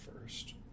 first